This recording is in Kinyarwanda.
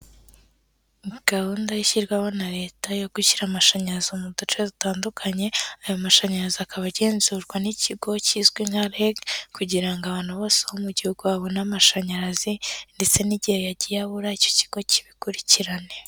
Muri gahunda ishyirwaho na Leta yo gushyira amashanyarazi mu duce dutandukanye. Ayo mashanyarazi akaba agenzurwa n'ikigo kizwi nka REG kugira ngo abantu bose bo mu Gihugu babone amashanyarazi, ndetse n'igihe yagiye abura icyo kigo kibikurikirane.